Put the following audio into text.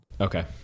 Okay